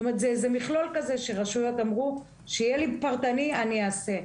זאת אומרת שזה מכלול כזה שרשויות אמרו: כשיהיה לי פרטני אני אעשה.